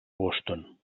boston